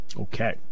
Okay